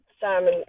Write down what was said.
Simon